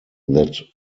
that